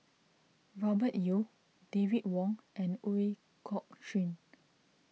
Robert Yeo David Wong and Ooi Kok Chuen